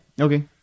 Okay